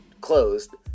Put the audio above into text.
closed